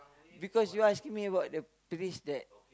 because you're asking me about the trees there